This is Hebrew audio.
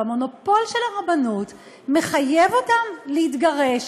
והמונופול של הרבנות מחייב אותם להתגרש,